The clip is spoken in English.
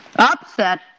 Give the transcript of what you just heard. Upset